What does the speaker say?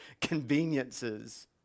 conveniences